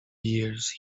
years